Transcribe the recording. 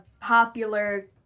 popular